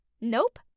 Nope